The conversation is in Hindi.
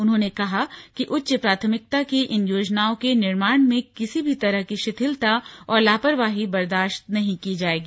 उन्होंने कहा कि उच्च प्राथमिकता की इन योजनाओं के निर्माण में किसी भी तरह की शिथिलता और लापरवाही बर्दाशत नही की जाएगी